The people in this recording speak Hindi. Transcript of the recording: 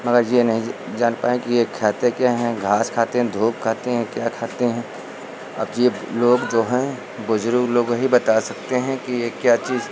और जो नहीं ज जान पाए कि यह खाते क्या हैं घास खाते हैं दूब खाते हैं क्या खाते हैं अब जो लोग जो हैं बुजुर्ग लोग ही बता सकते हैं कि यह क्या चीज़